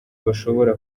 bashobora